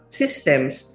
systems